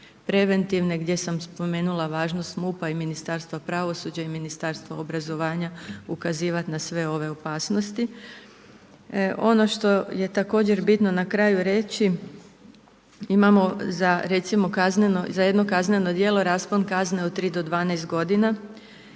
preventivne gdje sam spomenula važnost MUP-a i Ministarstva pravosuđa i Ministarstva obrazovanja ukazivati na sve ove opasnosti. Ono što je također bitno na kraju reći, imamo za recimo jedno kazneno djelo raspon kazne od 3-12 godina